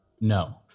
No